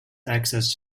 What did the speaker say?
access